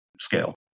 scale